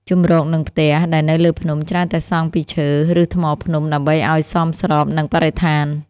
ជម្រក និងផ្ទះ ដែលនៅលើភ្នំច្រើនតែសង់ពីឈើ ឬថ្មភ្នំដើម្បីឱ្យសមស្របនឹងបរិស្ថាន។